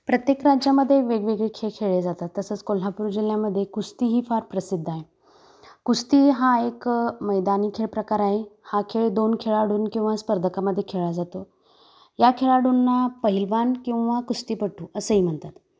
प्रत्येक राज्यामध्ये वेगवेगळे खेळ खेळले जातात तसंच कोल्हापूर जिल्ह्यामध्ये कुस्ती ही फार प्रसिद्ध आहे कुस्ती हा एक मैदानी खेळ प्रकार आहे हा खेळ दोन खेळाडूं किंवा स्पर्धकामध्ये खेळला जातो या खेळाडूंना पहिलवान किंवा कुस्तीपट्टू असंही म्हणतात